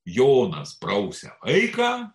jonas prausia vaiką